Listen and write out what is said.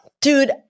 dude